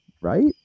Right